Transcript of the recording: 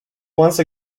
once